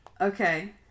Okay